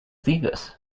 digues